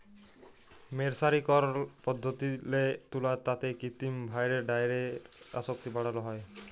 মের্সারিকরল পদ্ধতিল্লে তুলার তাঁতে কিত্তিম ভাঁয়রে ডাইয়ের আসক্তি বাড়ালো হ্যয়